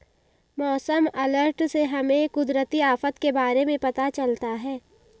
मौसम अलर्ट से हमें कुदरती आफत के बारे में पता चलता है